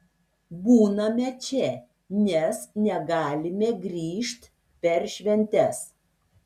būname čia nes negalime grįžt per šventes